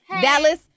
Dallas